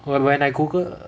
when when I googled